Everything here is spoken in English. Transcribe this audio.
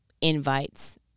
invites